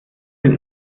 sind